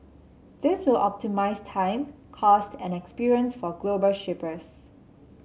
this will optimise time cost and experience for global shippers